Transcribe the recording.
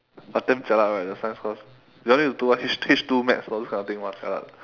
but damn jialat right your science course you all need to do what H~ H two maths all those kind of thing !wah! jialat